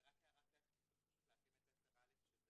הערה טכנית צריך להתאים את 10(א) שזה